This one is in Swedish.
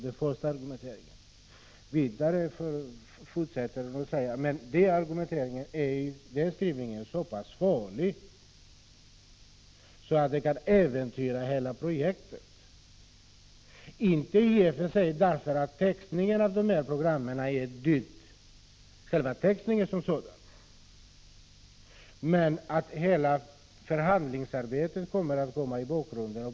Catarina Rönnung fortsätter med att säga: Skrivningen är så pass farlig att den kan äventyra hela projektet — inte därför att själva textningen av programmen är dyr utan därför att hela förhandlingsarbetet kommer att hamna i bakgrunden.